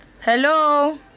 Hello